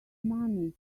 money